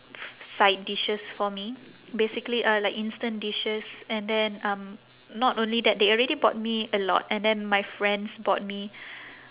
side dishes for me basically uh like instant dishes and then um not only that they already bought me a lot and then my friends bought me